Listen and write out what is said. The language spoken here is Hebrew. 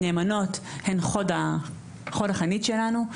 נאמנות הן חוד החנית שלנו.